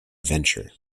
venture